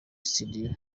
studio